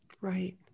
Right